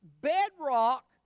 bedrock